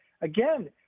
again